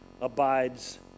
abides